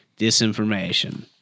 disinformation